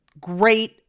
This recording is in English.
great